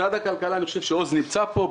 עוז כ"ץ ממשרד הכלכלה נמצא פה.